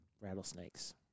Rattlesnakes